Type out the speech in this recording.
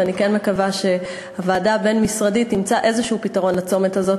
ואני מקווה שהוועדה הבין-משרדית תמצא פתרון כלשהו לצומת הזה,